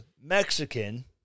Mexican